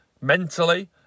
mentally